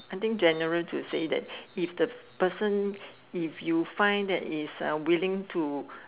I think general to say that if the person if you find that is uh willing to